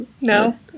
no